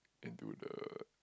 into the